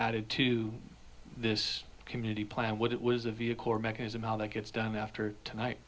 added to this community plan what it was a vehicle or mechanism how that gets done after tonight